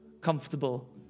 comfortable